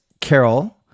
carol